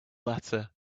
latter